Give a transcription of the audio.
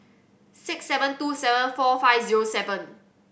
six seven two seven four five zero seven